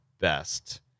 best